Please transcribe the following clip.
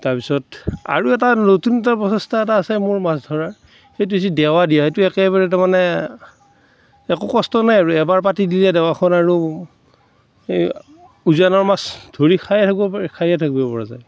তাৰপিছত আৰু এটা নতুন এটা প্ৰচেষ্টা এটা আছে মোৰ মাছ ধৰাৰ সেইটো হৈছে দেৱা দিয়া সেইটো একেবাৰে তাৰমানে একো কষ্ট নাই আৰু এবাৰ পাতি দিলে দেৱাখন আৰু এই উজানৰ মাছ ধৰি খায়ে থাকিব পাৰি খায়ে থাকিব পৰা যায়